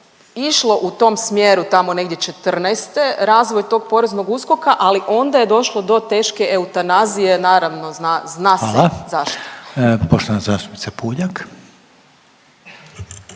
išlo u tom smjeru tamo negdje četrnaeste razvoj tog poreznog USKOK-a, ali onda je došlo do teške eutanazije, naravno zna se zašto. **Reiner, Željko